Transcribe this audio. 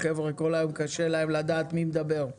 החבר'ה כל היום קשה להם לדעת מי מדבר.